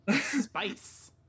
Spice